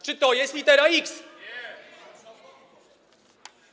Czy to jest litera X?